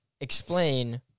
explain